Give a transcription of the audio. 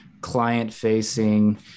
client-facing